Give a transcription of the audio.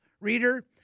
reader